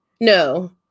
No